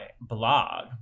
blog